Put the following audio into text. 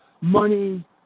money